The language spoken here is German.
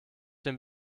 dem